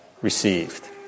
received